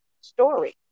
story